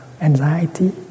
anxiety